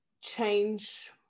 change